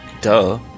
Duh